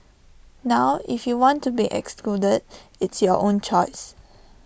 now if you want to be excluded it's your own choice